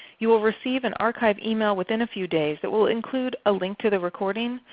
you will receive an archive email within a few days that will include a link to the recording,